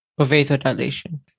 vasodilation